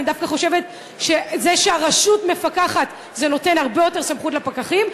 אני דווקא חושבת שזה שהרשות מפקחת זה נותן הרבה יותר סמכות לפקחים,